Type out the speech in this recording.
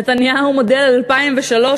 נתניהו מודל 2003,